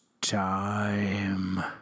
time